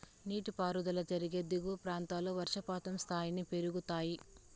నీటిపారుదల జరిగే దిగువ ప్రాంతాల్లో వర్షపాతం స్థాయిలు పెరుగుతాయి